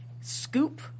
scoop